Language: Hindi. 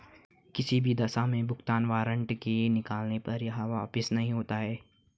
किसी भी दशा में भुगतान वारन्ट के निकलने पर यह वापस नहीं होता है